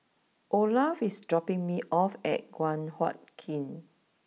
Olaf is dropping me off at Guan Huat Kiln